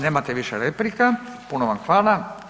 Nemate više replika, puno vam hvala.